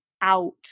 out